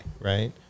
right